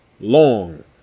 long